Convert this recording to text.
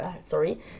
sorry